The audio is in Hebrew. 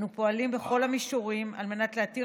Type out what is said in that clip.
אנו פועלים בכל המישורים על מנת להתיר